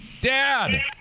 dad